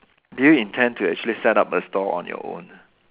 do you intend to actually set up a store on your own